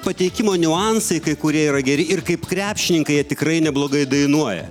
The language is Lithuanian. pateikimo niuansai kai kurie yra geri ir kaip krepšininkai jie tikrai neblogai dainuoja